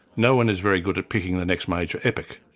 no-one is very good at picking the next major epic.